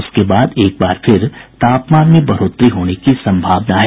उसके बाद एक बार फिर तापमान में बढ़ोतरी होने की सम्भावना है